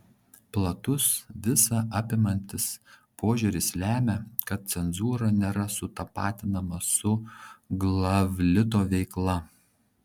platus visa apimantis požiūris lemia kad cenzūra nėra sutapatinama su glavlito veikla